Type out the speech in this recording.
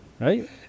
right